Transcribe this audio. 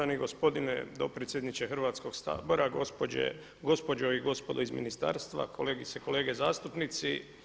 Štovani gospodine dopredsjedniče Hrvatskog sabora, gospođe i gospodo iz ministarstva, kolegice i kolege zastupnici.